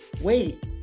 wait